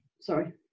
Sorry